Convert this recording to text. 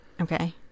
Okay